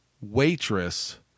waitress